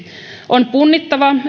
on punnittava